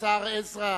השר עזרא.